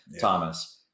Thomas